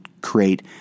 create